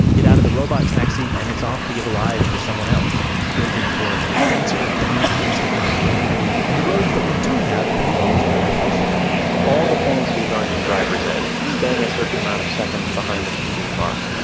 get out of the robot taxi and it's off to give a ride to someone else urban cores get denser, downtowns getting more walkable and roads that we do have can be used more efficiently all the things we learned in driver's ed, staying a certain amount of seconds behind a speeding car,